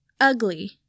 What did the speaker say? Ugly